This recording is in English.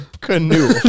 canoe